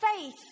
faith